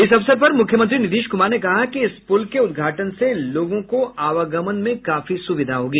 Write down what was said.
इस अवसर पर मुख्यमंत्री नीतीश कुमार ने कहा कि इस पुल के उद्घाटन से लोगों को आवागमन में काफी सुविधा होगी